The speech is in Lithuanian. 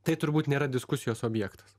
tai turbūt nėra diskusijos objektas